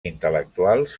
intel·lectuals